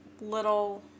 Little